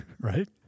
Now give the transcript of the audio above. Right